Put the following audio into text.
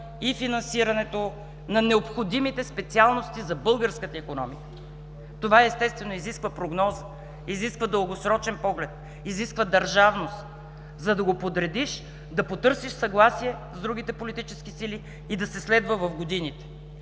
и финансирането на необходимите специалности за българската икономика. Това, естествено, изисква прогноза, изисква дългосрочен поглед, изисква държавност, за да го подредиш, да потърсиш съгласие с другите политически сили и да се следва в годините.